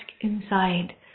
inside